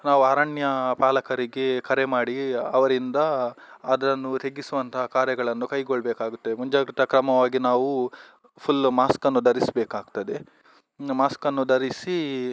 ನಾವು ಅರಣ್ಯ ಪಾಲಕರಿಗೆ ಕರೆ ಮಾಡಿ ಅವರಿಂದ ಅದನ್ನು ತೆಗೆಸುವಂತಹ ಕಾರ್ಯಗಳನ್ನು ಕೈಗೊಳ್ಳಬೇಕಾಗುತ್ತೆ ಮುಂಜಾಗ್ರತಾ ಕ್ರಮವಾಗಿ ನಾವು ಫುಲ್ ಮಾಸ್ಕನ್ನು ಧರಿಸಬೇಕಾಗ್ತದೆ ಮಾಸ್ಕನ್ನು ಧರಿಸಿ